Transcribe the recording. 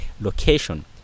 location